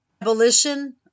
abolition